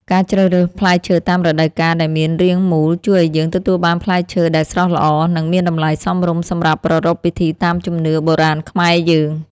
ការជ្រើសរើសផ្លែឈើតាមរដូវកាលដែលមានរាងមូលជួយឱ្យយើងទទួលបានផ្លែឈើដែលស្រស់ល្អ និង មានតម្លៃសមរម្យសម្រាប់ប្រារព្ធពិធីតាមជំនឿបុរាណខ្មែរយើង។